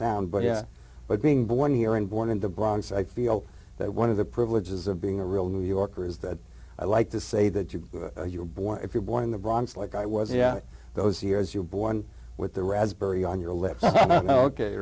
town but yeah but being born here and born in the bronx i feel that one of the privileges of being a real new yorker is that i like to say that you were born if you're born in the bronx like i was yeah those years you're born with the raspberry on your lips o